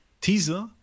teaser